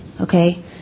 okay